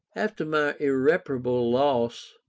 after my irreparable loss,